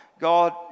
God